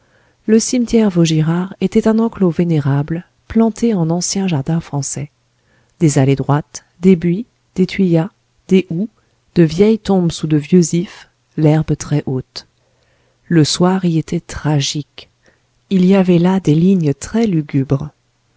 le cimetière vaugirard était un enclos vénérable planté en ancien jardin français des allées droites des buis des thuias des houx de vieilles tombes sous de vieux ifs l'herbe très haute le soir y était tragique il y avait là des lignes très lugubres